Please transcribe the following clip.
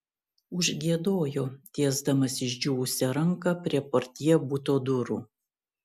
užgiedojo tiesdamas išdžiūvusią ranką prie portjė buto durų